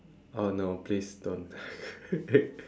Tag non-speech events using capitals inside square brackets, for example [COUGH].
oh no please don't [LAUGHS]